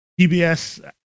PBS